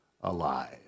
alive